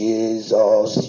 Jesus